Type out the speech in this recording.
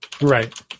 Right